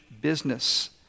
business